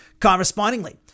Correspondingly